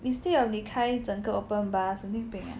instead of 你开整个 open bar 神经病啊